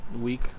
week